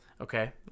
Okay